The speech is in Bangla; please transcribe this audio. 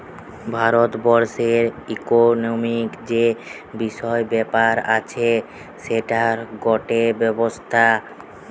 ভারত বর্ষের ইকোনোমিক্ যে বিষয় ব্যাপার আছে সেটার গটে ব্যবস্থা